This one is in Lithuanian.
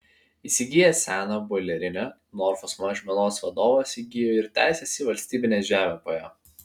įsigijęs seną boilerinę norfos mažmenos vadovas įgijo ir teises į valstybinę žemę po ja